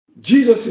Jesus